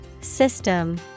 System